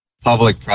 public